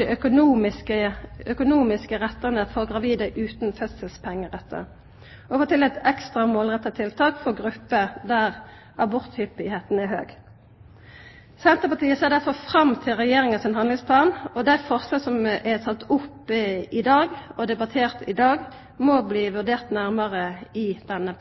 dei økonomiske rettane for gravide utan fødselspengerettar og få til ekstra målretta tiltak overfor grupper der aborthyppigheita er høg. Senterpartiet ser derfor fram til Regjeringa sin handlingsplan. Dei forslaga som ein tek opp, og som vi debatterer i dag, må bli vurderte nærmare i denne